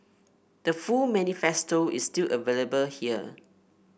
the full manifesto is still available here